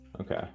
Okay